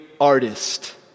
artist